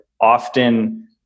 often